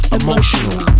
emotional